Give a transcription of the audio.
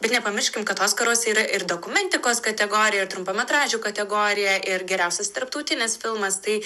bet nepamirškim kad oskaruose yra ir dokumentikos kategorija ir trumpametražių kategorija ir geriausias tarptautinis filmas tai